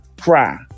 cry